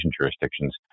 jurisdictions